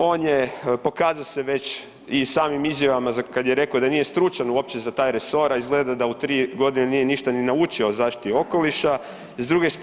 On je, pokazao se već i samim izjavama za, kad je rekao da nije stručan uopće za taj resor, a izgleda da u 3 godine nije ništa ni naučio o zaštiti okoliša.